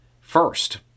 First